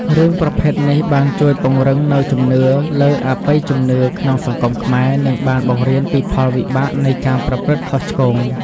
រឿងប្រភេទនេះបានជួយពង្រឹងនូវជំនឿលើអបិយជំនឿក្នុងសង្គមខ្មែរ និងបានបង្រៀនពីផលវិបាកនៃការប្រព្រឹត្តខុសឆ្គង។